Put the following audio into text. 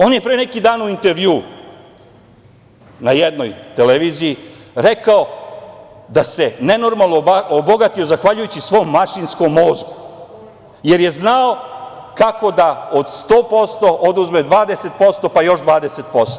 On je pre neki dan u intervjuu na jednoj televiziji rekao da se nenormalno obogatio zahvaljujući svom mašinskom mozgu, jer je znao kako da od 100% oduzme 20% pa još 20%